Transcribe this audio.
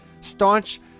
staunch